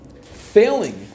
failing